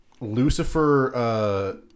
Lucifer